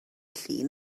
llun